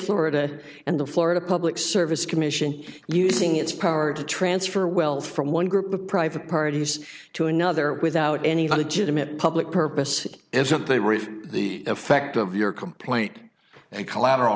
florida and the florida public service commission using its power to transfer wealth from one group of private parties to another without any knowledge of them it public purpose isn't they were the effect of your complaint and collateral